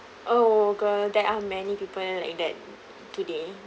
oh girl there are many people like that today